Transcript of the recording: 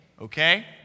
okay